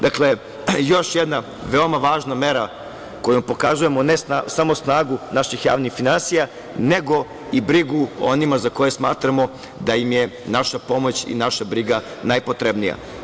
Dakle, još jedna veoma važna mera kojom pokazujemo ne samo snagu naših javnih finansija, nego i brigu o onima za koje smatramo da im je naša pomoć i naša briga najpotrebnija.